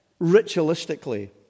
ritualistically